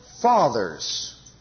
Father's